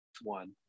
one